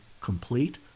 complete